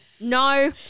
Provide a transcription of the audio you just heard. No